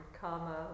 karma